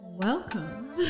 Welcome